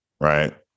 Right